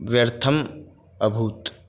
व्यर्थम् अभूत्